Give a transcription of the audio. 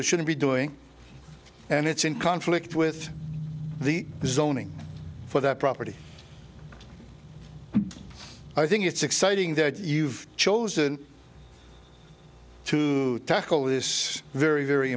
or shouldn't be doing and it's in conflict with the zoning for that property i think it's exciting that you've chosen to tackle this very very